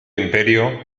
imperio